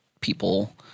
people